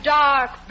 dark